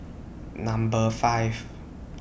Number five